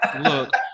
Look